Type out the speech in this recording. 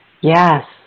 yes